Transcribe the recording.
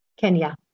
Kenya